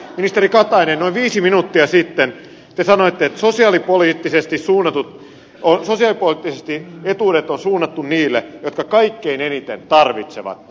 ministeri katainen noin viisi minuuttia sitten te sanoitte että sosiaalipoliittisesti etuudet on suunnattu niille jotka kaikkein eniten tarvitsevat